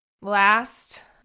Last